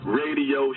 radio